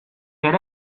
ere